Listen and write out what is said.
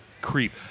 Creep